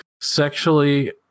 sexually